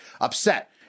upset